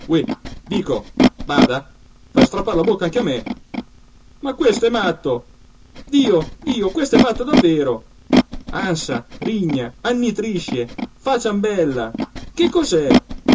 dico bada fai strappar la bocca anche a me ma questo è matto dio dio quest'è matto davvero ansa rigna annitrisce fa ciambella che cos'è